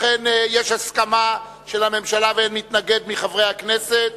ובכן, יש הסכמה של הממשלה ואין מתנגד מחברי הכנסת.